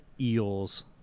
eels